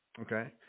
Okay